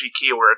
keyword